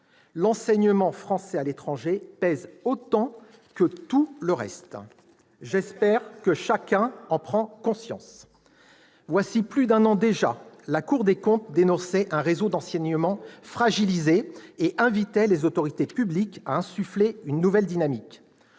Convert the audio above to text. L'enseignement français à l'étranger pèse autant que tout le reste ! Cela coûte moins qu'un Airbus A180 ! J'espère que chacun en prend conscience ... Voilà plus d'un an déjà, la Cour des comptes dénonçait un réseau d'enseignement « fragilisé », et invitait les autorités publiques à « insuffler une nouvelle dynamique